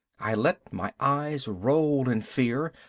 i let my eyes roll in fear,